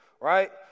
right